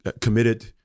committed